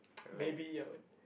maybe I would